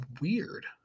weird